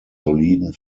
soliden